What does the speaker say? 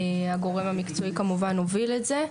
הגורם המקצועי כמובן הוביל את זה.